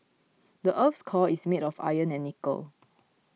the earth's core is made of iron and nickel